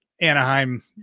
anaheim